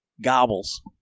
Gobbles